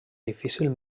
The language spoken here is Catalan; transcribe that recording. difícil